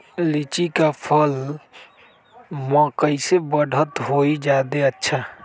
लिचि क फल म कईसे बढ़त होई जादे अच्छा?